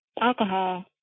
alcohol